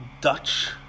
Dutch